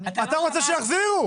אתה רוצה שיחזירו.